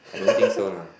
I don't think so lah